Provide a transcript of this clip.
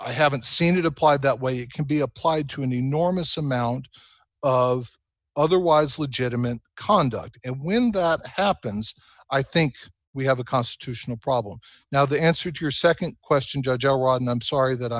i haven't seen it applied that way it can be applied to an enormous amount of otherwise legitimate conduct and when the happens i think we have a constitutional problem now the answer to your nd question judge iran i'm sorry that